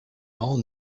all